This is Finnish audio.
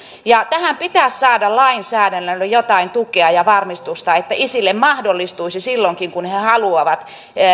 tähän pitäisi saada lainsäädännöllä jotain tukea ja varmistusta että isille mahdollistuisi silloin kun he haluavat